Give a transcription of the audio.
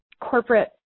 corporate